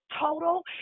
total